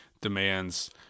demands